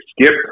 skip